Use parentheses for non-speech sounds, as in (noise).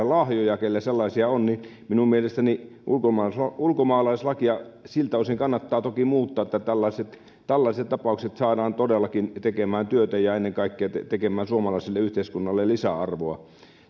(unintelligible) lahjoja niiltä kenellä sellaisia on minun mielestäni ulkomaalaislakia siltä osin kannattaa toki muuttaa että tällaiset tällaiset tapaukset saadaan todellakin tekemään työtä ja ennen kaikkea tekemään suomalaiselle yhteiskunnalle lisäarvoa